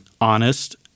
honest